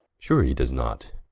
sure he does not,